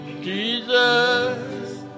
Jesus